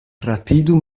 rapidu